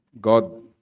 God